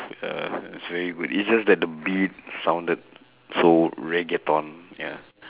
uh it's very good it's just that the beat sounded so reggaeton ya